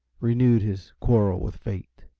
renewed his quarrel with fate.